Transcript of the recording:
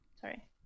Sorry